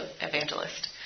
evangelist